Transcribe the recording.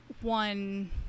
one